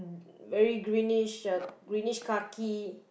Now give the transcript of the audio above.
very greenish uh greenish khaki